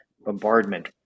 bombardment